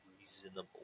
reasonable